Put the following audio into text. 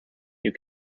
you